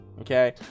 okay